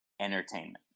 Entertainment